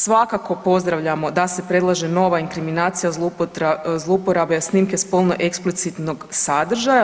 Svakako pozdravljamo da se predlaže nova inkriminacija zlouporabe snimke spolno eksplicitnog sadržaja.